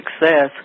success